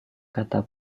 kata